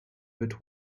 but